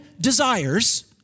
desires